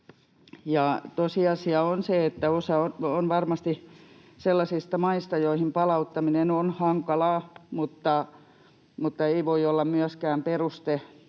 Tosiasia on se, että osa on varmasti sellaisista maista, joihin palauttaminen on hankalaa, mutta ei voi olla myöskään peruste